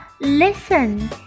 listen